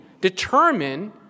determine